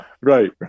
Right